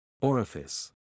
Orifice